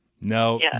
No